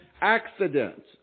accident